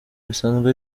bisanzwe